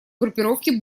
группировке